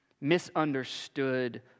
misunderstood